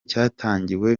cyatangiwe